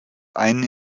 einen